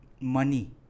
money